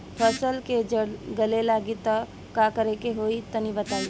फसल के जड़ गले लागि त का करेके होई तनि बताई?